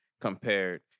compared